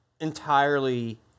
entirely